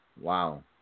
Wow